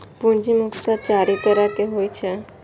पूंजी मुख्यतः चारि तरहक होइत छैक